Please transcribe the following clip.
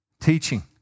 teaching